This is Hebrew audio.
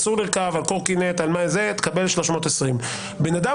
אסור לרכוב על קורקינט וכו' תקבל 320. בן אדם